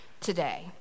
today